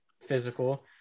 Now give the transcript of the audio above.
physical